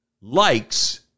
likes